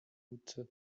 route